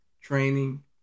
training